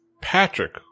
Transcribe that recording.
Patrick